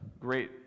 great